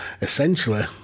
Essentially